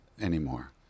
anymore